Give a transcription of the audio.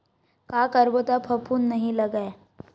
का करबो त फफूंद नहीं लगय?